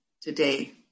today